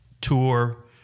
tour